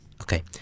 Okay